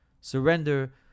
Surrender